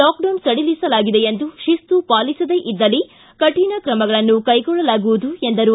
lockdown ಸಡಿಲಿಸಲಾಗಿದೆ ಎಂದು ಶಿಸ್ತು ಪಾಲಿಸದೇ ಇದ್ದಲ್ಲಿ ಕಠಿಣ ತ್ರಮಗಳನ್ನು ಕೈಗೊಳ್ಳಲಾಗುವುದು ಎಂದರು